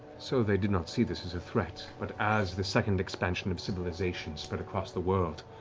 so they did not see this as a threat. but as the second expansion of civilization spread across the world,